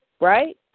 right